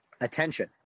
attention